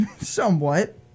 Somewhat